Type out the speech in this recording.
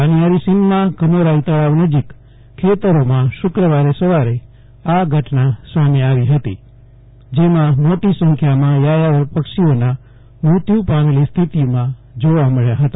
બાનિયારી સીમમાં કમોરાઇ તળાવ નજીક ખેતરોમાં શુક્રવારે સવારે આ ઘટના સામે આવી હતી જેમાં મોટી સંખ્યામાં યાયાવર પક્ષીઓ મૃત્યુ પામેલી સ્થિતિમાં જોવા મળ્યા હતા